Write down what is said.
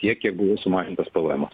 tiek kiek buvo sumažintas pvemas